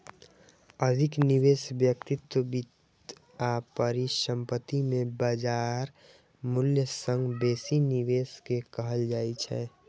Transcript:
अधिक निवेश व्यक्तिगत वित्त आ परिसंपत्ति मे बाजार मूल्य सं बेसी निवेश कें कहल जाइ छै